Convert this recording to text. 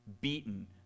beaten